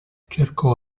cercò